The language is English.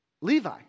Levi